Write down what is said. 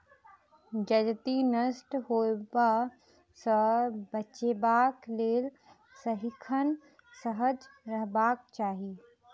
जजति नष्ट होयबा सँ बचेबाक लेल सदिखन सजग रहबाक चाही